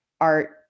art